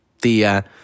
tia